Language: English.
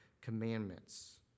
commandments